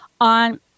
on